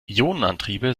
ionenantriebe